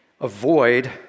Avoid